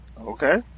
Okay